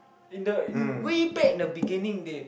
in the in way back in the beginning they